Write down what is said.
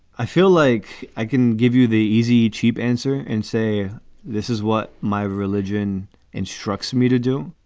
i feel like i can give you the easy, cheap answer and say this is what my religion instructs me to do.